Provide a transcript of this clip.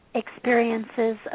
experiences